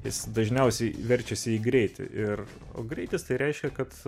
jis dažniausiai verčiasi į greitį ir o greitis tai reiškia kad